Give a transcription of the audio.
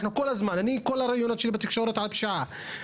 יכול לומר שכל הראיונות שלי בתקשורת הם בנושא הפשיעה,